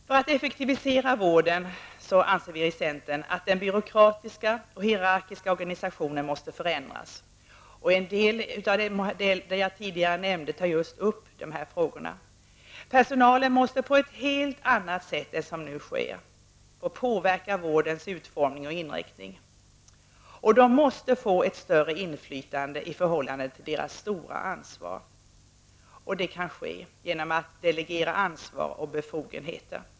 För att effektivisera vården anser centern att den byråkratiska och hierarkiska organisationen måste förändras. En del av det jag tidigare har nämnt gäller dessa frågor. Personalen måste på ett helt annat sätt än som nu sker få påverka vårdens utformning och inriktning. De anställda måste få ett större inflytande i förhållande till deras stora ansvar. Detta kan ske genom att delegera ansvar och befogenheter.